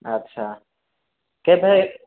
ଆଚ୍ଛା କେବେ